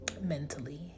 mentally